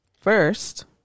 First